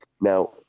Now